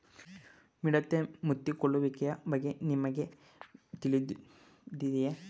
ಮಿಡತೆ ಮುತ್ತಿಕೊಳ್ಳುವಿಕೆಯ ಬಗ್ಗೆ ನಿಮಗೆ ತಿಳಿದಿದೆಯೇ?